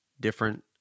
different